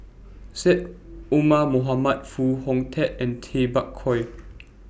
Syed Omar Mohamed Foo Hong Tatt and Tay Bak Koi